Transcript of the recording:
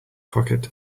pocket